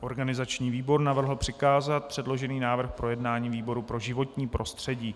Organizační výbor navrhl přikázat předložený návrh k projednání výboru pro životní prostředí.